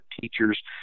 teachers